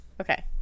Okay